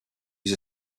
use